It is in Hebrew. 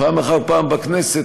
פעם אחר פעם בכנסת,